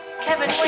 Kevin